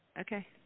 Okay